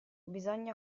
bisogna